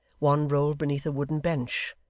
one rolled beneath a wooden bench,